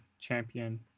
champion